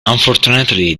unfortunately